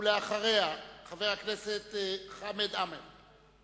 אחריה, חבר הכנסת חמד עמאר.